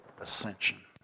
ascension